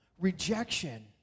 rejection